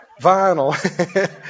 vinyl